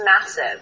massive